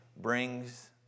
brings